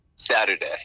Saturday